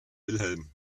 wilhelm